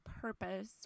purpose